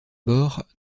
bord